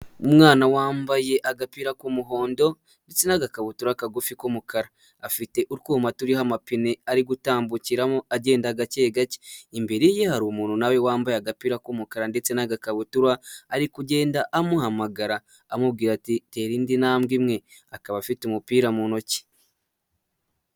Umwana wambaye agapira k'umuhondo ndetse n'agakabutura kagufi k'umukara, afite utwuma turiho amapine ari gutambukiramo agenda gake gake, imbere ye hari umuntu na we wambaye agapira k'umukara ndetse n'agakabutura, ari kugenda amuhamagara amubwira ati ''tera indi ntambwe imwe" akaba afite umupira mu ntoki.